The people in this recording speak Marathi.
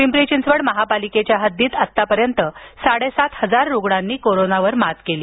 पिंपरी चिंचवड महापालिकेच्या हद्दीत आतापर्यंत साडेसात हजार रुग्णांनी कोरोनावर मात केली